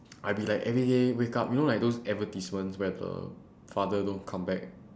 I be like everyday wake up you know like those advertisements where the father don't come back